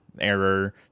error